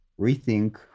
rethink